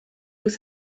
was